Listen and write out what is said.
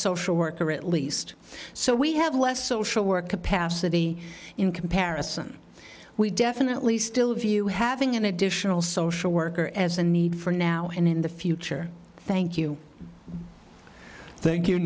social worker at least so we have less social work capacity in comparison we definitely still view having an additional social worker as the need for now and in the future thank you i think you